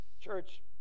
Church